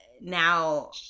Now